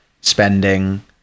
spending